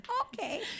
okay